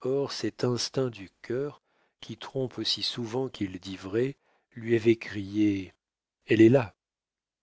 or cet instinct du cœur qui trompe aussi souvent qu'il dit vrai lui avait crié elle est là